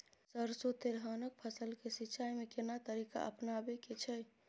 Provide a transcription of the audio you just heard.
सरसो तेलहनक फसल के सिंचाई में केना तरीका अपनाबे के छै?